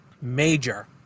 major